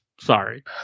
Sorry